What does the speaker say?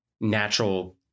natural